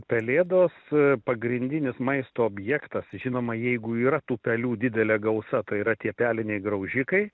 pelėdos pagrindinis maisto objektas žinoma jeigu yra tų pelių didelė gausa tai yra tie peliniai graužikai